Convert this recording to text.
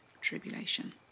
tribulation